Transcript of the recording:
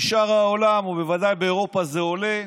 ובשאר העולם, ובוודאי באירופה, זה עולה.